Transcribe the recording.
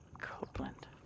Copeland